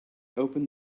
opened